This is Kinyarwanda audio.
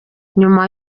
nyuma